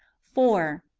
four.